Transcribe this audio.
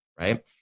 right